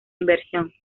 inversión